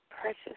precious